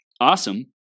awesome